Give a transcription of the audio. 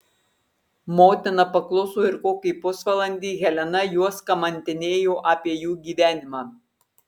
motina pakluso ir kokį pusvalandį helena juos kamantinėjo apie jų gyvenimą